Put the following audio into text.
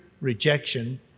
rejection